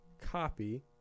copy